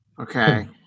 Okay